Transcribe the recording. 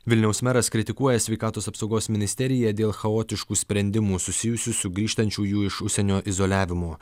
vilniaus meras kritikuoja sveikatos apsaugos ministeriją dėl chaotiškų sprendimų susijusių su grįžtančiųjų iš užsienio izoliavimo